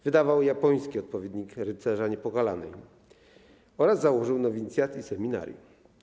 Wydawał japoński odpowiednik „Rycerza Niepokalanej” oraz założył nowicjat i seminarium.